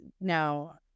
now